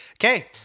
Okay